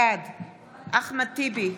בעד אחמד טיבי,